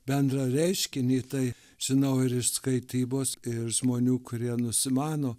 bendrą reiškinį tai žinau ir iš skaitybos ir žmonių kurie nusimano